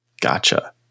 Gotcha